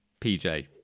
PJ